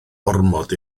ormod